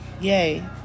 yay